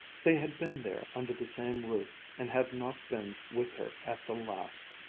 they had been there under the same roof, and had not been with her at the last.